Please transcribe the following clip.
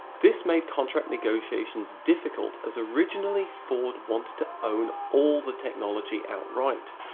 this made contract negotiations difficult as originally ford wanted to own all the technology outright.